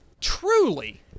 truly